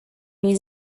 new